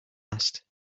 last